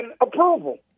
approval